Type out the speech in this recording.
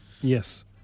Yes